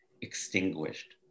extinguished